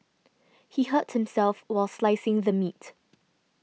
he hurt himself while slicing the meat